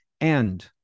And-